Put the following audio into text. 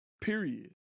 Period